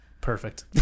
Perfect